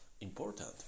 important